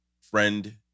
friend